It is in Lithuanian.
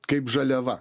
kaip žaliava